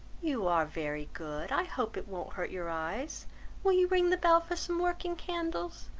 you are very good, i hope it won't hurt your eyes will you ring the bell for some working candles?